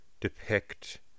depict